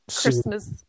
Christmas